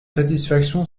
satisfaction